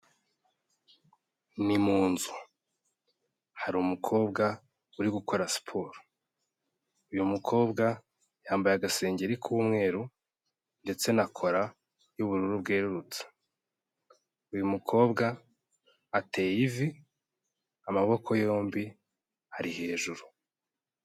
Ni mu nzu hari umukobwa uri gukora siporo, uyu mukobwa yambaye agasengeri k'umweru ndetse na kora y'ubururu bwerurutse, uyu mukobwa ateye ivi amaboko yombi ari hejuru.